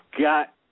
got